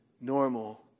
normal